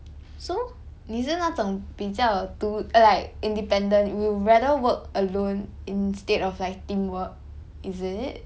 so 你是那种比较独 like independent you would rather work alone instead of like teamwork is it